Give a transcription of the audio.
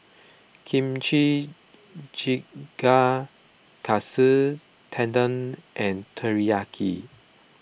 Kimchi Jjigae Katsu Tendon and Teriyaki